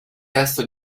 testo